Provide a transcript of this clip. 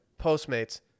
Postmates